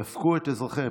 דפקו את אזרחי,